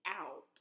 out